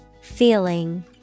Feeling